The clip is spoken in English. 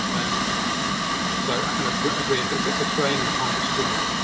and so i kind of agree it's it's a train and signs of struggle.